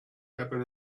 happen